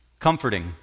Comforting